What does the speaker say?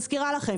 מזכירה לכם.